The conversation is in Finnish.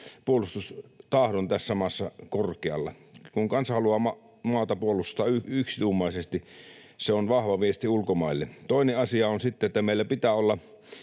puolustustahdon tässä maassa korkealle. Kun kansa haluaa puolustaa maata yksituumaisesti, se on vahva viesti ulkomaille. Toinen asia on sitten, että meillä pitää olla